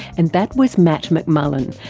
and that was matt mcmullen,